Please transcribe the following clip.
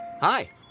Hi